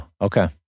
Okay